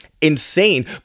insane